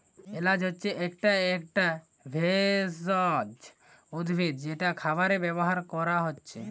এলাচ হচ্ছে একটা একটা ভেষজ উদ্ভিদ যেটা খাবারে ব্যাভার কোরা হচ্ছে